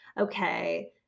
okay